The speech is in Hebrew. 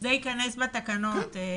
ענת, זה ייכנס בתקנות.